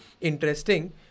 interesting